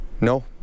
No